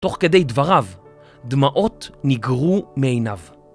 תוך כדי דבריו, דמעות נגרו מעיניו.